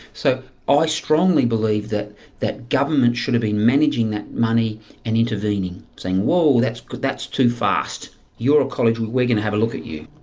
so i strongly believe that that government should have been managing that money and intervening, saying, whoa, that's that's too fast! you're a college, we're we're going to have a look at you.